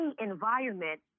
environment